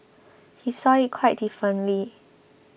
he saw it quite differently